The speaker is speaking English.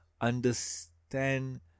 understand